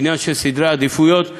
עניין של סדרי עדיפויות.